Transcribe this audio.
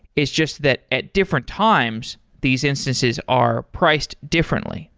it's just that at different times, these instances are priced differently.